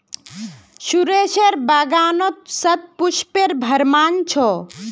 सुरेशेर बागानत शतपुष्पेर भरमार छ